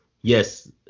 yes